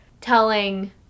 telling